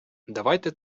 давайте